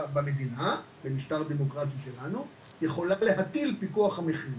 במדינה שלנו ובמשטר הדמוקרטי שלנו שיכולה להטיל פיקוח על המחירים.